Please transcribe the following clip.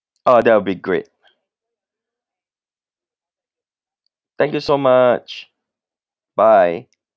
oh that would be great thank you so much bye